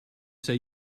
say